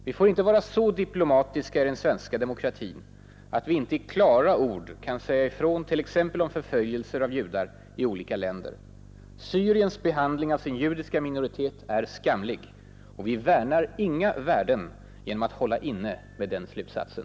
Vi får inte vara så diplomatiska i den svenska demokratin att vi inte i klara ord kan säga ifrån t.ex. om förföljelser av judar i olika länder. Syriens behandling av sin judiska minoritet är skamlig, och vi värnar inga värden genom att hålla inne med den slutsatsen.